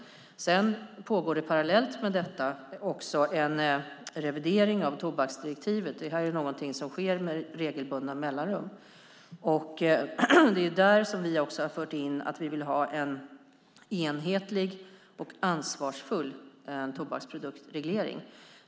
Parallellt med detta pågår en revidering av tobaksdirektivet. Det sker med jämna mellanrum. Det är där vi fört in att vi vill ha en enhetlig och ansvarsfull tobaksproduktsreglering.